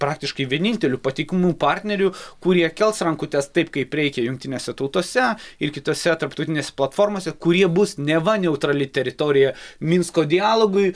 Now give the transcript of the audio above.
praktiškai vienintelių patikimų partnerių kurie kels rankutes taip kaip reikia jungtinėse tautose ir kitose tarptautinėse platformose kurie bus neva neutrali teritorija minsko dialogui